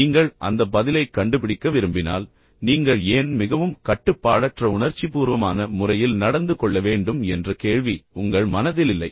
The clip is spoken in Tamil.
நீங்கள் அந்த பதிலைக் கண்டுபிடிக்க விரும்பினால் நீங்கள் ஏன் மிகவும் கட்டுப்பாடற்ற உணர்ச்சிபூர்வமான முறையில் நடந்து கொள்ள வேண்டும் என்ற கேள்வி உங்கள் மனதில் இல்லை